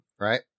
Right